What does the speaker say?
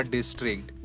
District